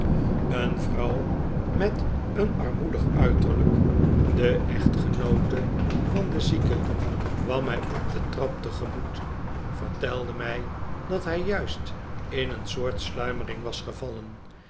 een vrouw met een armoedig uiterlijk de echtgenoote van den zieke kwam mij op de trap tegemoet vertelde mij dat hij juist in een soort sliiimering was gevallen